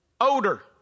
Odor